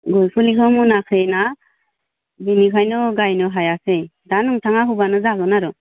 फुलिखो मोनाखै ना बिनिखायनो गायनु हायाखिसै दा नोंथाङा हरब्लानो जागोन आरो